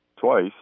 twice